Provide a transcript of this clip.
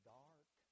dark